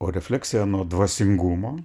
o refleksija nuo dvasingumo